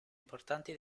importanti